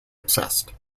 obsessed